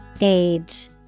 Age